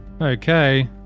Okay